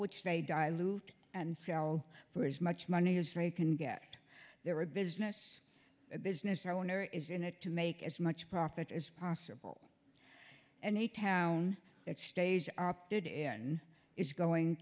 which they dilute and fail for as much money can get there a business business owner is in it to make as much profit as possible and the town that stays opted in is going